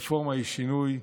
ברפורמה יש שינוי,